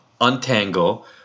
untangle